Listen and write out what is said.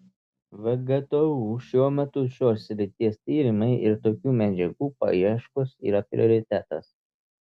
vgtu šiuo metu šios srities tyrimai ir tokių medžiagų paieškos yra prioritetas